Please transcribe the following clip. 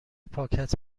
پاکت